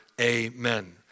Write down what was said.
amen